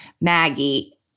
maggie